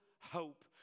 hope